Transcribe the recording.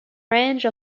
range